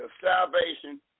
salvation